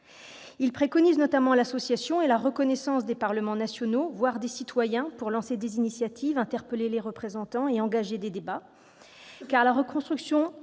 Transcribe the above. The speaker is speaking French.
Il préconise l'association et la reconnaissance des parlements nationaux, voire des citoyens, pour lancer des initiatives, interpeller les représentants et engager des débats. La reconstruction